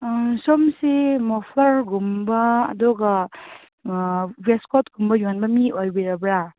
ꯁꯣꯝꯁꯤ ꯃꯣꯐ꯭ꯂꯔꯒꯨꯝꯕ ꯑꯗꯨꯒ ꯋꯦꯁ ꯀꯣꯠꯀꯨꯝꯕ ꯌꯣꯟꯕ ꯃꯤ ꯑꯣꯏꯕꯤꯔꯕ꯭ꯔꯥ